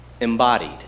Embodied